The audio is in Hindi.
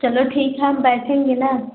चलो ठीक है हम बैठेंगे ना